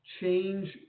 change